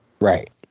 Right